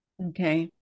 Okay